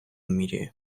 міряє